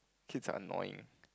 kids are annoying